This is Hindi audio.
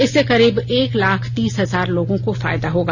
इससे करीब एक लाख तीस हजार लोगों को फायदा होगा